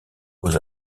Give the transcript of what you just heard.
beaux